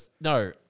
no